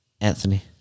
Anthony